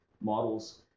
models